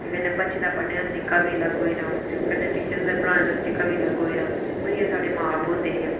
ते कन्नै बच्चें दा पढने दा तरीका बी लग्ग होई गेदा हून कन्नै टिचरें दा पढाने दा तरीका बी लग्ग होई गेदा हून जि'यां साढे़ मां बब्ब होंदे हे